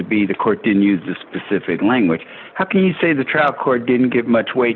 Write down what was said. be the court didn't use the specific language how can you say the trial court didn't give much weight